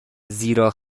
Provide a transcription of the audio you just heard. زیرا